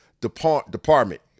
department